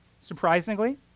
Surprisingly